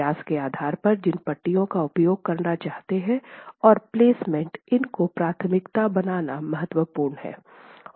व्यास के आधार पर जिन पट्टियों का उपयोग करना चाहते हैं और प्लेसमेंट इन को प्राथमिकता बनाना महत्वपूर्ण है